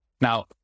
Now